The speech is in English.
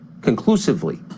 conclusively